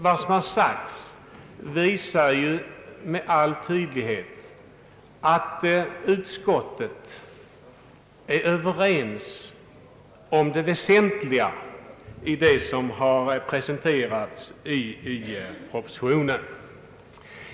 Vad som yttrats visar nämligen med all tydlighet att utskottets ledamöter är överens om det väsentliga i propositionen.